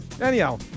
Anyhow